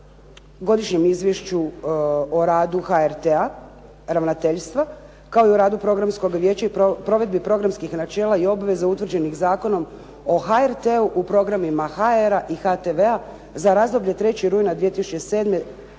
Godišnjem izvješću o radu HRT-a, ravnateljstva kao i o radu Programskog vijeća i provedbi programskih načela i obveza utvrđenih Zakonom o HRT-u u programima HR-a i HTV-a za razdoblje 3. rujna 2007.